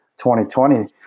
2020